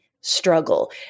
struggle